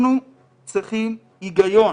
אנחנו צריכים היגיון.